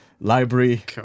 Library